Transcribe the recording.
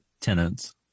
tenants